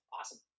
Awesome